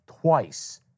twice